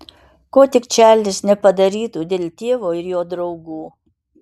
ko tik čarlis nepadarytų dėl tėvo ir jo draugų